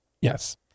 yes